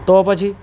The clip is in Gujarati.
તો પછી